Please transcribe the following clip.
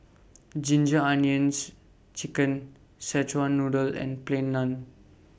Ginger Onions Chicken Szechuan Noodle and Plain Naan